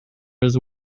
his